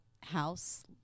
house